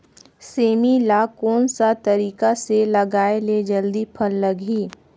सेमी ला कोन सा तरीका से लगाय ले जल्दी फल लगही?